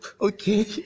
Okay